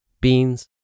beans